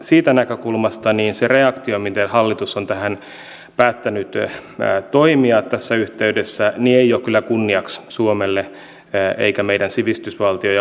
siitä näkökulmasta se reaktio miten hallitus on päättänyt toimia tässä yhteydessä ei ole kyllä kunniaksi suomelle eikä meidän sivistysvaltio ja oikeusvaltioperinteelle